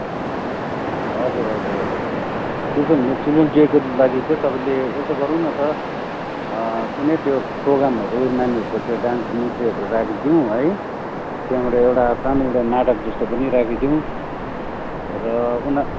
हजुर हजुर हजुर त्यसो हो भने चिल्ड्रेन्स डेको लागि चाहिँ तपाईँले यसो गरौँ न त कुनै त्यो प्रोग्रामहरू नानीहरूको त्यो डान्स नृत्यहरू राखदिउँ है त्यहाँबाट एउटा सानो एउटा नाटक जस्तो पनि राखिदिउँ र उनी